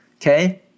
okay